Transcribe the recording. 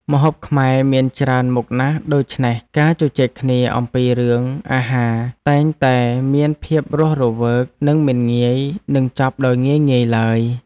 ម្ហូបខ្មែរមានច្រើនមុខណាស់ដូច្នេះការជជែកគ្នាអំពីរឿងអាហារតែងតែមានភាពរស់រវើកនិងមិនងាយនឹងចប់ដោយងាយៗឡើយ។